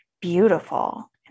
beautiful